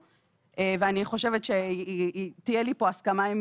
- ואני חושבת שתהיה לי כאן הסכמה עם